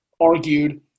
argued